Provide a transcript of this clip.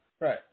Right